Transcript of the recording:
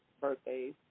birthdays